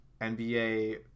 NBA